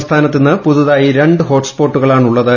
സംസ്ഥാനത്ത് ഇന്ന് പുതിയതായി രണ്ട് ഹോട്ട് സ്പോട്ടുകളാ ണുള്ളത്